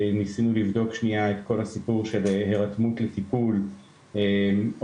ניסינו לבדוק את כל הסיפור של הירתמות לטיפול אונליין,